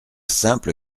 simple